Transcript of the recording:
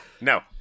no